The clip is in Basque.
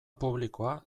publikoa